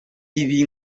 ibi